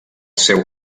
seu